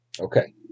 Okay